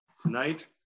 tonight